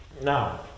No